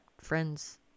friends